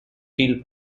field